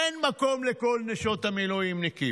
אין מקום לכל נשות המילואימניקים,